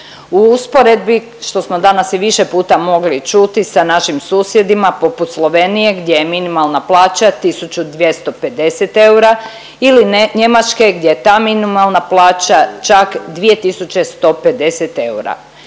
U usporedbi, što smo danas i više puta mogli čuti sa našim susjedima poput Slovenije gdje je minimalna plaća 1.250 eura ili Njemačke gdje je ta minimalna plaća čak 2.150 eura